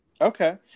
Okay